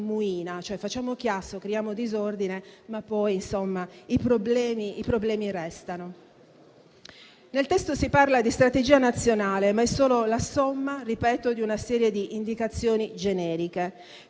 cioè facciamo chiasso, creiamo disordine, ma poi i problemi restano. Nel testo si parla di strategia nazionale, ma è solo la somma di una serie di indicazioni generiche.